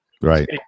Right